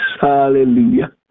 Hallelujah